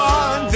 on